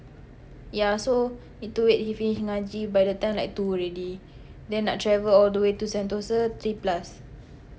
ya so need to wait he finish ngaji by the time like two already then nak travel all the way to Sentosa three plus